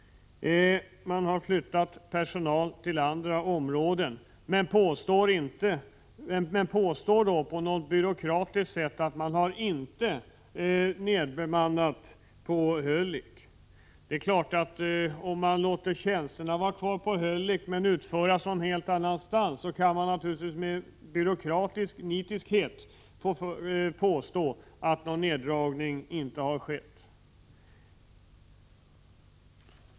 Man har flyttat personal till andra områden men påstår på något byråkratiskt sätt att man inte nedbemannat Hölicks lotsplats. Det är klart att om man låter tjänsterna vara kvar på Hölick men låter dem utföras någon helt annanstans kan man naturligtvis med byråkratiskt nit påstå att någon neddragning inte har skett.